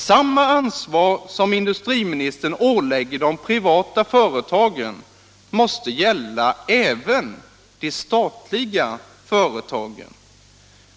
Samma ansvar som industriministern ålägger de privata företagen måste gälla även de statliga företagen.